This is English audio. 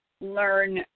learn